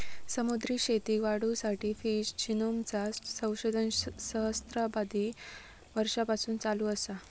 समुद्री शेतीक वाढवुसाठी फिश जिनोमचा संशोधन सहस्त्राबधी वर्षांपासून चालू असा